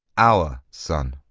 our son.